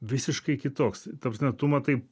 visiškai kitoks ta prasme tu matai